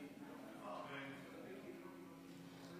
(הארכת תקופת הערעור על החלטת קצין